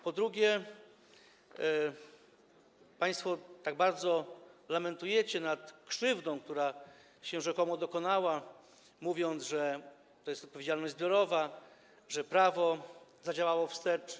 Po drugie, państwo tak bardzo lamentujecie nad krzywdą, która się rzekomo dokonała, mówiąc, że to jest odpowiedzialność zbiorowa, że prawo zadziałało wstecz.